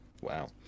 Wow